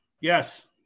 Yes